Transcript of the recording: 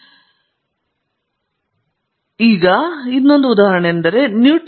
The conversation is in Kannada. ನಂತರ ಅಸ್ತಿತ್ವದಲ್ಲಿರುವ ಸಿದ್ಧಾಂತಗಳ ವಿಸ್ತರಣೆಗಳು ಇದು ತುಂಬಾ ಸಾಮಾನ್ಯವಾಗಿದೆ